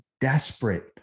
desperate